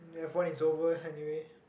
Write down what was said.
ya phone is over anyway